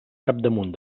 capdamunt